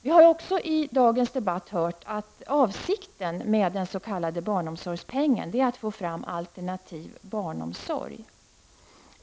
Vi har också i dagens debatt hört att avsikten med den s.k. barnomsorgspengen är att få fram alternativ barnomsorg.